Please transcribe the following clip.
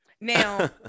now